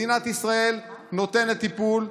מדינת ישראל נותנת טיפול,